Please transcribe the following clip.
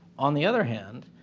on the other hand,